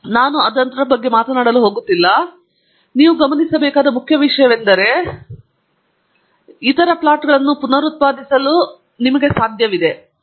ನಾನು ಅದನ್ನು ಪ್ರವೇಶಿಸಲು ಹೋಗುತ್ತಿಲ್ಲ ಆದರೆ ನೀವು ಗಮನಿಸಬೇಕಾದ ಮುಖ್ಯ ವಿಷಯವೆಂದರೆ ಈ ಉಪನ್ಯಾಸವು ನೀವು ಉಪನ್ಯಾಸದಲ್ಲಿ ನೋಡಿದ ವಿಷಯಕ್ಕೆ ಸಮನಾಗಿರುತ್ತದೆ ಮತ್ತು ನಾನು ಉಪನ್ಯಾಸದಲ್ಲಿ ತೋರಿಸಿರುವ ಇತರ ಪ್ಲಾಟ್ಗಳನ್ನು ಪುನರುತ್ಪಾದಿಸಲು ನಿಮ್ಮನ್ನು ಸ್ವಾಗತಿಸುತ್ತೇವೆ